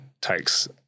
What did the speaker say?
takes